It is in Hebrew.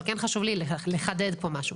אבל כן חשוב לי לחדד פה משהו.